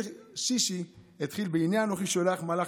שישי התחיל בעניין: "הנה אנכי שלח מלאך